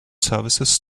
services